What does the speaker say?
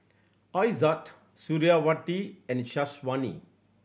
Aizat Suriawati and Syazwani